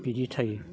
बिदि थायो